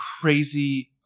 crazy